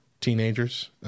teenagers